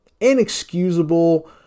inexcusable